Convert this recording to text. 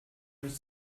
nicht